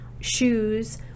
shoes